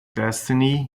destiny